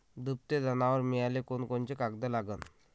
दुभते जनावरं मिळाले कोनकोनचे कागद लागन?